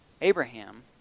Abraham